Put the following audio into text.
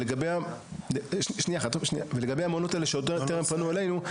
לגבי המעונות האלה שטרם פנו אלינו,